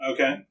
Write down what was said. Okay